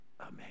Amen